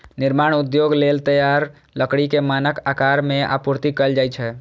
निर्माण उद्योग लेल तैयार लकड़ी कें मानक आकार मे आपूर्ति कैल जाइ छै